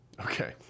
Okay